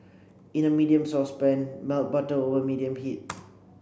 in a medium saucepan melt butter over medium pea